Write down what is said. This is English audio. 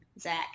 Zach